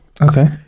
Okay